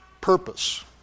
purpose